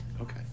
Okay